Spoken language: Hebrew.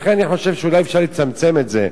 לכן אני חושב שאולי אפשר לצמצם את זה.